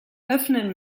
öffnen